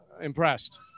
impressed